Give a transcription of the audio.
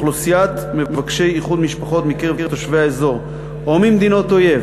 אוכלוסיית מבקשי איחוד משפחות מקרב תושבי האזור או ממדינות אויב